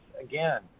again